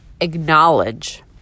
acknowledge